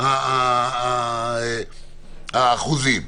מבחינת האחוזים.